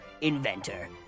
inventor